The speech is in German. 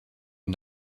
ihn